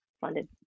funded